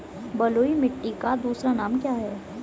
बलुई मिट्टी का दूसरा नाम क्या है?